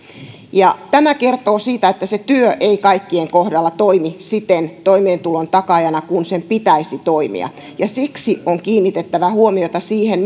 tämä kertoo siitä että se työ ei kaikkien kohdalla toimi toimeentulon takaajana siten kuin sen pitäisi toimia ja siksi on kiinnitettävä huomiota siihen